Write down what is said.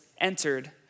entered